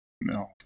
No